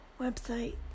website